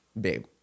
babe